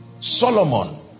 Solomon